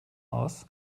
aus